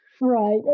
right